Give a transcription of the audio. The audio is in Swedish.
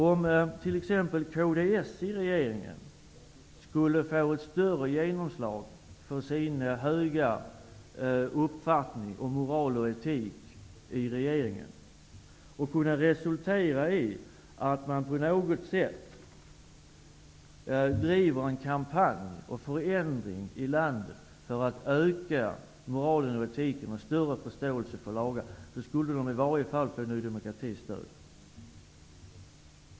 Om t.ex. kds i regeringen skulle få ett större genomslag för sina höga normer i fråga om moral och etik, kan det resultera i att man på något sätt driver en kampanj för förändring i landet för att öka moralen och etiken och skapa en större förståelse för lagar. Om man gjorde detta skulle man i varje fall få Ny demokratis stöd.